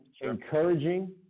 encouraging